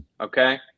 Okay